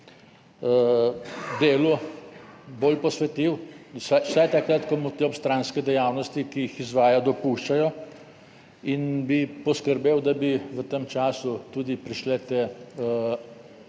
delu bolj posvetil vsaj takrat, ko mu te obstranske dejavnosti, ki jih izvaja, dopuščajo, in bi poskrbel, da bi v tem času tudi prišli ti